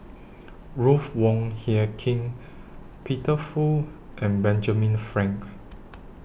Ruth Wong Hie King Peter Fu and Benjamin Frank